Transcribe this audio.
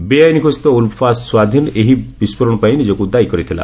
ବେଆଇନ୍ ଘୋଷିତ ଉଲ୍ଫା ସ୍ୱାଧୀନ ଏହି ବିସ୍ଫୋରଣ ପାଇଁ ନିଜକୁ ଦାୟୀ କରିଥିଲା